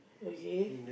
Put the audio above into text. okay